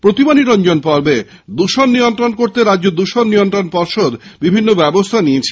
প্রতিমা নিরঞ্জন পর্বে দৃষণ নিয়ন্ত্রণ করতে রাজ্য দৃষণ নিয়ন্ত্রণ পর্ষদ বিভিন্ন ব্যবস্থা নিয়েছে